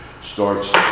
starts